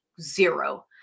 zero